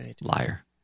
liar